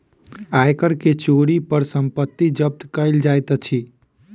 आय कर के चोरी पर संपत्ति जब्त कएल जाइत अछि